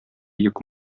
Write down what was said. йөк